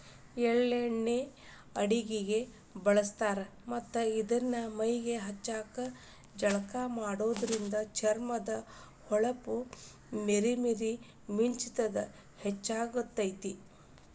ಎಳ್ಳ ಎಣ್ಣಿನ ಅಡಗಿಗೆ ಬಳಸ್ತಾರ ಮತ್ತ್ ಇದನ್ನ ಮೈಗೆ ಹಚ್ಕೊಂಡು ಜಳಕ ಮಾಡೋದ್ರಿಂದ ಚರ್ಮದ ಹೊಳಪ ಮೇರಿ ಮೇರಿ ಮಿಂಚುದ ಹೆಚ್ಚಾಗ್ತೇತಿ